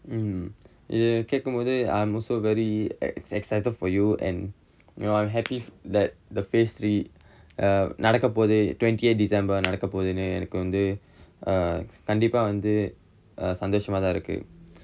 mm கேக்கும் போது:kaekkum pothu I'm also very excited for you and you know I'm happy that the phase three err நடக்கபோது:nadakkapothu twentieth december நடக்கபோதுனு எனக்கு வந்து கண்டிப்பா வந்து சந்தோஷமாதா இருக்கு:nadakkapothunu enakku vanthu kandippaa vanthu santhoshamaatha irukku